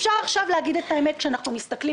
אפשר עכשיו להגיד את האמת כשאנחנו מסתכלים